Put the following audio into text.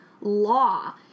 Law